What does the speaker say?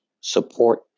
support